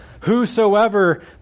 Whosoever